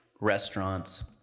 restaurants